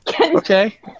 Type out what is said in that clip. Okay